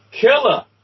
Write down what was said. Killer